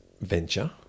venture